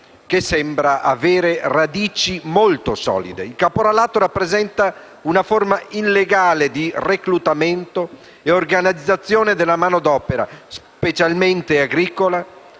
Il caporalato rappresenta una forma illegale di reclutamento e di organizzazione della manodopera, specialmente agricola,